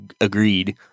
agreed